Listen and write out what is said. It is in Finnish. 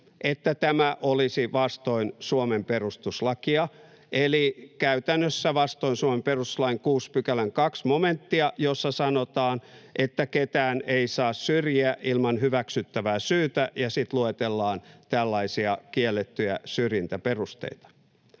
että tämä olisi vastoin Suomen perustuslakia eli käytännössä vastoin Suomen perustuslain 6 §:n 2 momenttia, jossa sanotaan, että ketään ei saa syrjiä ilman hyväksyttävää syytä, ja sitten luetellaan tällaisia kiellettyjä syrjintäperusteita.